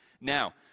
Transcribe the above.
now